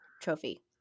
trophy